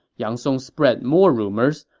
yang song spread more rumors,